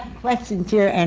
questions here, and